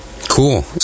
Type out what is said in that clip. Cool